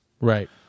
Right